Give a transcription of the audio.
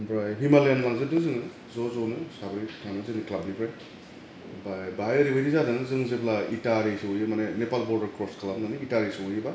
आमफ्राय हिमालयान लांजोबदों जोङो ज' ज'नो साब्रै थांदों जोंनि क्लाबनिफ्राय ओमफाय बाहाय ओरैबादि जादों जों जेब्ला इटाहारि सहैयो माने नेपाल बर्डार क्रस खालामनानै इटाहारि सहैयोब्ला